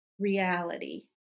reality